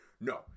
No